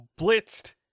blitzed